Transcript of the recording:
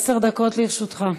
עשר דקות לרשותך.